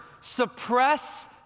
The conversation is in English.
suppress